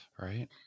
Right